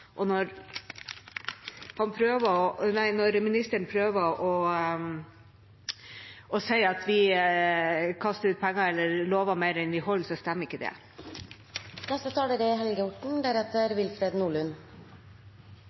Når statsråden prøver å si at vi kaster bort penger eller lover mer enn vi holder, så stemmer ikke